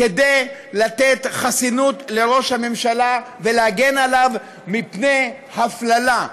כדי לתת חסינות לראש הממשלה ולהגן עליו מפני הפללה.